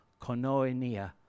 konoenia